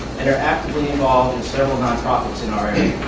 and are actively involved in several nonprofits in our area.